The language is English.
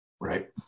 Right